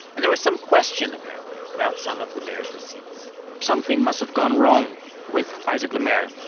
and there was some question, apparently, about some of le maire's receipts something must have gone wrong with isaac le maire,